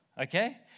Okay